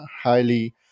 highly